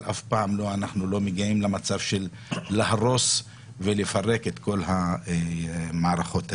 אבל אף פעם אנחנו לא מגיעים למצב של להרוס ולפרק את כל המערכות האלה.